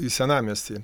į senamiestį